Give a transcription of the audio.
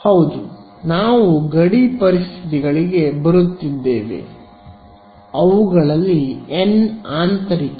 ಹೌದು ನಾವು ಗಡಿ ಪರಿಸ್ಥಿತಿಗಳಿಗೆ ಬರುತ್ತಿದ್ದೇವೆ ಅವುಗಳಲ್ಲಿ n ಆಂತರಿಕ